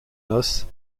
noces